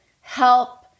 help